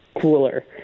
cooler